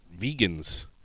vegans